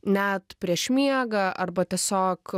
net prieš miegą arba tiesiog